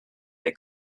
they